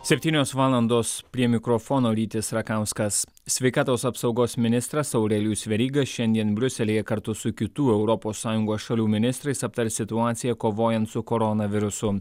septynios valandos prie mikrofono rytis rakauskas sveikatos apsaugos ministras aurelijus veryga šiandien briuselyje kartu su kitų europos sąjungos šalių ministrais aptars situaciją kovojant su koronavirusu